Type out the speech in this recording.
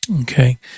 Okay